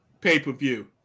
pay-per-view